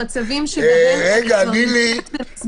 את הנוסח המדויק אתם תעבירו אותו,